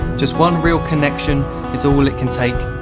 just one real connection is all it can take,